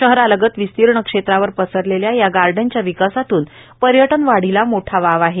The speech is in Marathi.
शहरालगत विस्तीर्ण क्षेत्रावर पसरलेल्या या गार्डनच्या विकासातून पर्यटनवाढीस मोठा वाव आहे